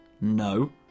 No